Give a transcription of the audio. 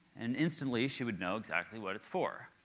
and instantly, she'd would know exactly what it's for.